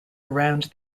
around